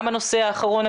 גם הנושא האחרון,